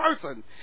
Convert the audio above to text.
person